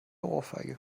ohrfeige